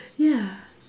yeah